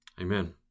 Amen